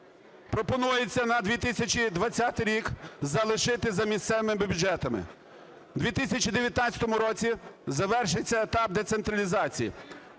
Пропонується на 2020 рік залишити за місцевими бюджетами. В 2019 році завершиться етап децентралізації.